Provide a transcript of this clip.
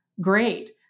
great